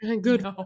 good